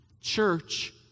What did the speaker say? Church